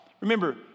Remember